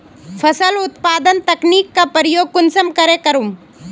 फसल उत्पादन तकनीक का प्रयोग कुंसम करे करूम?